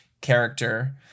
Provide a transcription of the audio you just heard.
character